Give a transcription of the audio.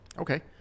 Okay